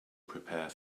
prepare